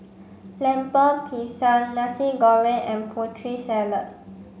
Lemper Pisang Nasi Goreng and Putri Salad